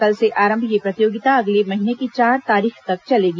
कल से आरंभ यह प्रतियोगिता अगले महीने की चार तारीख तक चलेगी